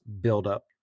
buildup